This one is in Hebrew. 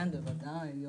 ודאי.